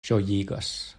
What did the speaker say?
ĝojigas